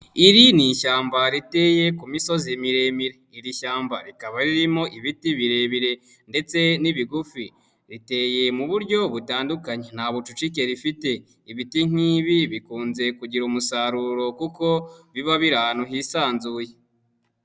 Iri ni ishyamba riteye ku misozi miremire, iri shyamba rikaba ririmo ibiti birebire ndetse n'ibigufi, riteye mu buryo butandukanye nta bucucike rifite, ibiti nk'ibi bikunze kugira umusaruro kuko biba biri ahantu hisanzuye.